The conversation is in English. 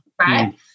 right